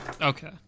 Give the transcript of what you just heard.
okay